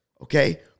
Okay